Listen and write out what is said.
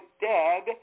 dead